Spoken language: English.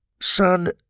Son